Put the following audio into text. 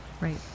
right